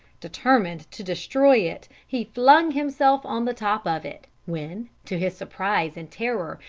determined to destroy it, he flung himself on the top of it, when, to his surprise and terror,